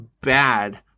bad